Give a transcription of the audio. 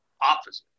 opposite